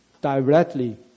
directly